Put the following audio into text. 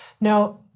Now